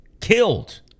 killed